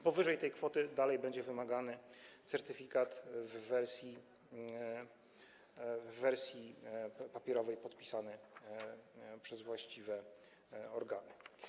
Powyżej tej kwoty nadal będzie wymagany certyfikat w wersji papierowej podpisany przez właściwe organy.